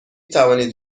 توانید